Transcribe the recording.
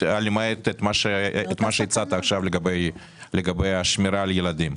למעט את מה שהצעת עכשיו לגבי השמירה על הילדים.